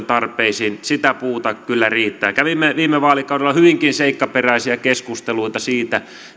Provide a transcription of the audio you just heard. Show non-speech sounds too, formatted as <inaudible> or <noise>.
<unintelligible> tarpeisiin sitä puuta kyllä riittää kävimme viime vaalikaudella hyvinkin seikkaperäisiä keskusteluja siitä